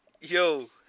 Yo